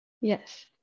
Yes